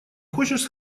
хочешь